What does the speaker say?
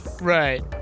right